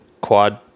Quad